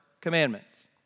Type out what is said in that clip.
commandments